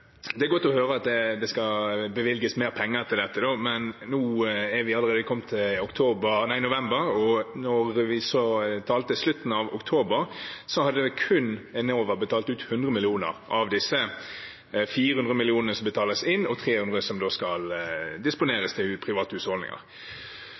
Det er godt å høre at det skal bevilges mer penger til dette. Men nå er vi allerede kommet til november, og da vi talte i slutten av oktober, hadde Enova kun betalt ut 100 mill. kr av de 400 mill. kr som betales inn – med 300 mill. kr som da skal